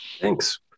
Thanks